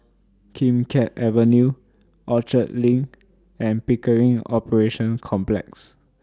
Kim Keat Avenue Orchard LINK and Pickering Operations Complex